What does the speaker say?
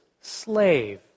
slave